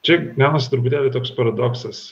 čia gaunas truputėlį toks paradoksas